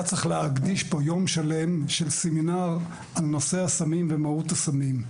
היה צריך להקדיש פה יום שלם של סמינר לנושא הסמים ומהות הסמים.